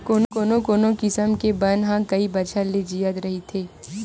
कोनो कोनो किसम के बन ह कइ बछर ले जियत रहिथे